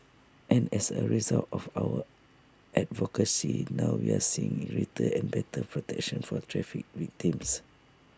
and as A result of our advocacy now we're seeing greater and better protection for traffic victims